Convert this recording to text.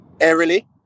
airily